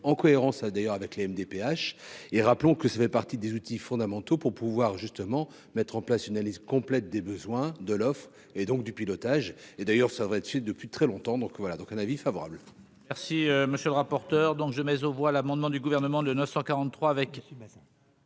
en cohérence, a d'ailleurs avec la MDPH et rappelons que ça fait partie des outils fondamentaux pour pouvoir justement mettre en place une liste complète des besoins de l'offre et donc du pilotage et d'ailleurs, ça va être depuis très longtemps, donc voilà donc un avis favorable. Merci, monsieur le rapporteur, donc je mais aux voix l'amendement du gouvernement de 943 avec.